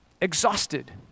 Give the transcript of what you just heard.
exhausted